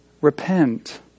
Repent